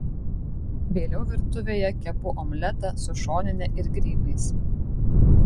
vėliau virtuvėje kepu omletą su šonine ir grybais